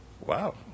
Wow